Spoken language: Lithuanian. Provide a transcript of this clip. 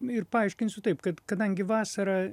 ir paaiškinsiu taip kad kadangi vasarą